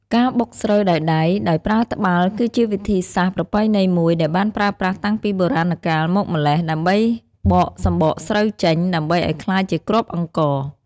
ការបុកស្រូវដោយដៃដោយប្រើត្បាល់ គឺជាវិធីសាស្ត្រប្រពៃណីមួយដែលបានប្រើប្រាស់តាំងពីបុរាណកាលមកម្ល៉េះ ដើម្បីបកសម្បកស្រូវចេញ ដើម្បីឲ្យក្លាយជាគ្រាប់អង្ករ។